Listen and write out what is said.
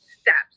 steps